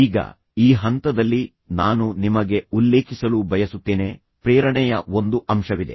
ಈಗ ಈ ಹಂತದಲ್ಲಿ ನಾನು ನಿಮಗೆ ಉಲ್ಲೇಖಿಸಲು ಬಯಸುತ್ತೇನೆ ಪ್ರೇರಣೆಯ ಒಂದು ಅಂಶವಿದೆ